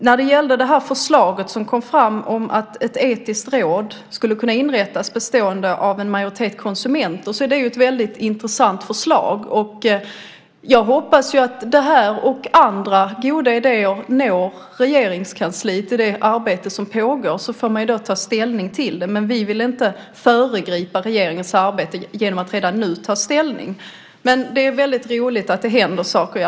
När det gäller förslaget om inrättande av ett etiskt råd bestående av en majoritet konsumenter är det mycket intressant, och jag hoppas att det och andra goda idéer också når Regeringskansliet och det arbete som pågår där. Sedan får vi ta ställning så småningom. Vi vill dock inte föregripa regeringens arbete genom att redan nu ta ställning, men det är roligt att det händer saker.